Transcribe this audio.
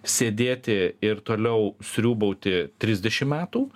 sėdėti ir toliau sriūbauti trisdešim metų